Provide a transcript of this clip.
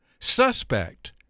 suspect